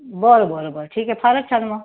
बरं बरं बरं ठीक आहे फारच छान मग